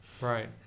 Right